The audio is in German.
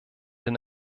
den